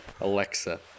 alexa